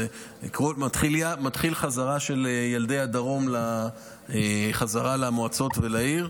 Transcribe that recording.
ומתחילה חזרה של ילדי הדרום למועצות ולעיר,